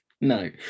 no